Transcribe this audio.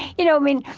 you know, i mean,